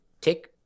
take